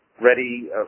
ready